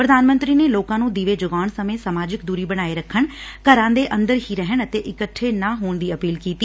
ਪ੍ਰਧਾਨ ਮੰਤਰੀ ਨੇ ਲੋਕਾਂ ਨੂੰ ਦੀਵੇ ਜਗਾਉਣ ਸਮੇਂ ਸਮਾਜਿਕ ਦੂਰੀ ਬਣਾਏ ਰੱਖਣ ਘਰਾਂ ਦੇ ਅੰਦਰ ਹੀ ਰਹਿਣ ਅਤੇ ਇਕੱਠੇ ਨਾ ਹੋਣ ਦੀ ਅਪੀਲ ਕੀਤੀ